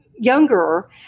younger